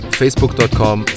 facebook.com